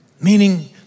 Meaning